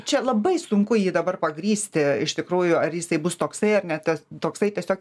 čia labai sunku jį dabar pagrįsti iš tikrųjų ar jisai bus toksai ar ne tas toksai tiesiog